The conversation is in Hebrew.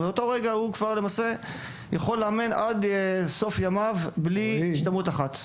ומאותו רגע הוא למעשה יכול לאמן עד סוף ימיו בלי השתלמות אחת.